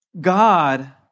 God